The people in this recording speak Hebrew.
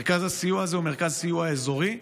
מרכז הסיוע הזה הוא מרכז סיוע אזורי.